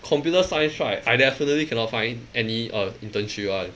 computer science right I definitely cannot find any uh internship one